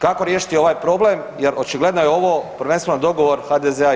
Kako riješiti ovaj problem jer očigledno je ovo prvenstveno dogovor HDZ-a i